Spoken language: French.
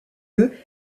eux